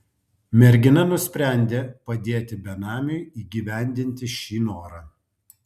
mergina nusprendė padėti benamiui įgyvendinti šį norą